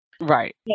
Right